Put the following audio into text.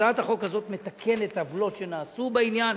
הצעת החוק הזאת מתקנת עוולות שנעשו בעניין,